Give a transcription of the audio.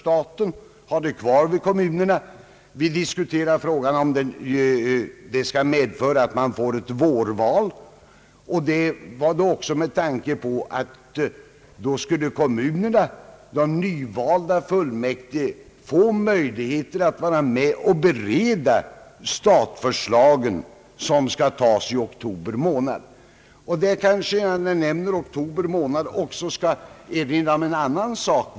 Om detta skulle medföra vårval, skulle de nyvalda fullmäktige i kommunerna få möjlighet att vara med och bereda de statförslag som skall antas i oktober månad. När jag nämner oktober månad vill jag erinra också om en annan sak.